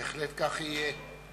בהחלט כך יהיה.